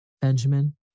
Benjamin